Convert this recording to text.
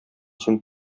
син